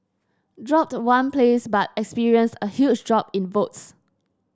dropped one place but experienced a huge drop in votes